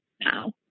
now